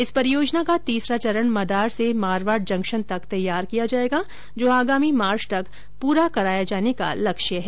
इस परियोजना का तीसरा चरण मदार से मारवाड़ जंक्शन तक तैयार किया जाएगा जो आगामी मार्च तक पूरा कराया जाने का लक्ष्य है